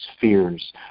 fears